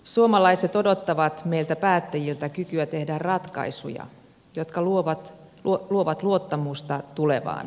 suomalaiset odottavat meiltä päättäjiltä kykyä tehdä ratkaisuja jotka luovat luottamusta tulevaan